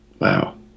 Wow